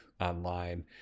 online